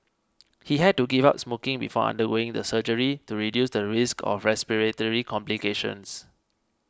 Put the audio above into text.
he had to give up smoking before undergoing the surgery to reduce the risk of respiratory complications